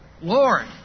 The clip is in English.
Lord